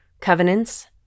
covenants